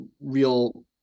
real